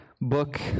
book